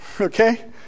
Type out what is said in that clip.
Okay